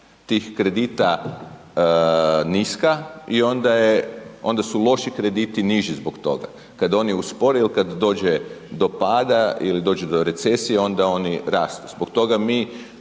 tih kredita niska, i onda je, onda su loši krediti niži zbog toga. Kad oni uspore ili kad dođe do pada, ili dođe do recesije, onda oni rastu. Zbog toga mi